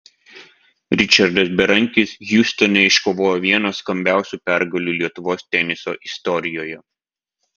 ričardas berankis hjustone iškovojo vieną skambiausių pergalių lietuvos teniso istorijoje